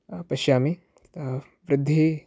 पश्यामि वृद्धिः